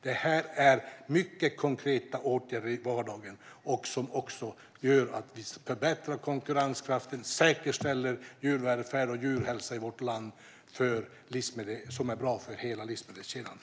Detta är mycket konkreta åtgärder i vardagen som gör att vi förbättrar konkurrenskraften och säkerställer djurvälfärd och djurhälsa i vårt land, vilket är bra för hela livsmedelskedjan.